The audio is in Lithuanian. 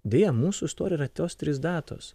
deja mūsų istorija yra tos trys datos